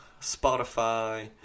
Spotify